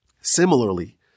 Similarly